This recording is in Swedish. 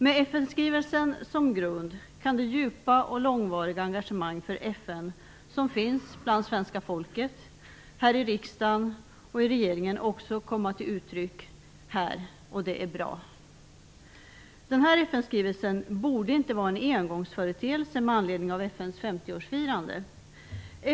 Med FN-skrivelsen som grund kan det djupa och långvariga engagemang för FN som finns hos svenska folket, här i riksdagen och i regeringen också komma till uttryck här i kammaren, och det är bra. FN-skrivelsen borde inte vara en engångsföreteelse med anledning av FN:s 50-årsfirande.